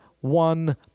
one